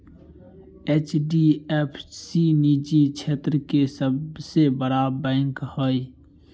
HDF सी निजी क्षेत्र के सबसे बड़ा बैंक हय